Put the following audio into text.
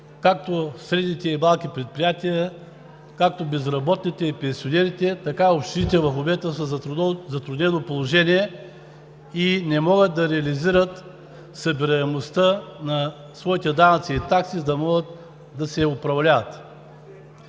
както средните и малките предприятия, както безработните и пенсионерите, така и общините в момента са в едно затруднено положение и не могат да реализират събираемостта на своите данъци и такси, за да могат да се управляват.